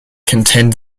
contend